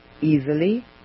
easily